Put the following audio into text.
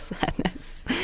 Sadness